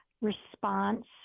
response